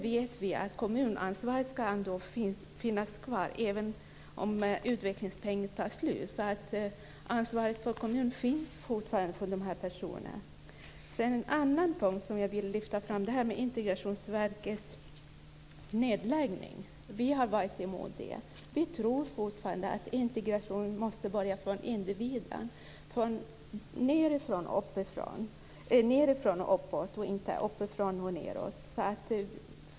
Vi vill att kommunansvaret ska finnas kvar även om utvecklingspengen tar slut. Kommunens ansvar finns fortfarande för dessa personer. En annan punkt som jag vill lyfta fram är Integrationsverkets nedläggning. Vi har varit emot det. Vi tror fortfarande att integration måste börja från individen - nedifrån och upp och inte uppifrån och ned.